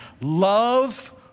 Love